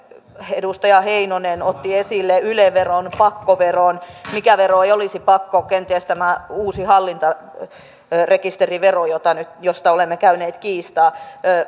edustaja heinonen otti esille yle veron pakkoveron mikä vero ei olisi pakko kenties tämä uusi hallintarekisterivero josta olemme käyneet kiistaa